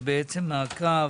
זה מעקב,